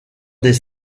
des